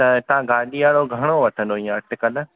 त तव्हां गाॾीअ वारो घणो वठंदो ईअं अटिकल